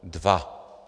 Dva.